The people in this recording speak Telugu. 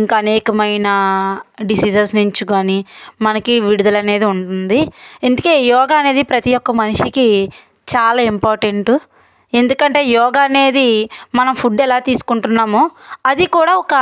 ఇంకా అనేకమైన డిసీజెస్ నుంచి కాని మనకి విడుదలనేది ఉంటుంది ఇంతకీ యోగా అనేది ప్రతి ఒక్క మనిషికి చాలా ఇంపార్టెంటు ఎందుకంటే యోగా అనేది మన ఫుడ్ ఎలా తీసుకుంటున్నామో అది కూడా ఒక